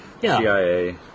CIA